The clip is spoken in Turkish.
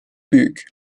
büyük